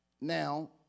Now